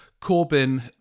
Corbyn